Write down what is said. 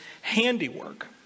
handiwork